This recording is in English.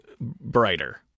brighter